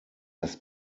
das